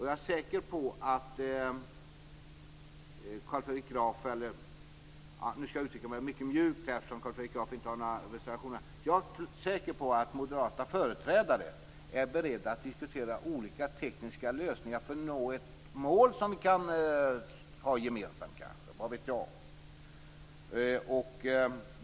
Jag är säker på - jag skall uttrycka mig mycket mjukt eftersom Carl Fredrik Graf inte har några reservationer till betänkandet - att moderata företrädare är beredda att diskutera olika, tekniska lösningar för att nå ett mål som vi kanske kan ha gemensamt. Vad vet jag?